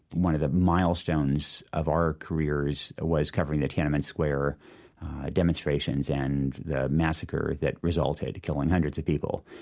one of the milestones of our careers was covering the tiananmen square demonstrations and the massacre that resulted, killing hundreds of people.